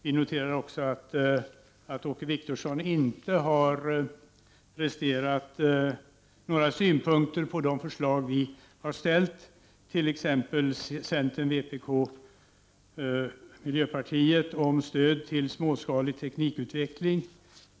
Vi noterar också att Åke Wictorsson inte har presterat några synpunkter på de förslag vi har lagt fram, t.ex. förslaget från centern, vpk och miljöpartiet om stöd till småskalig teknikutveckling.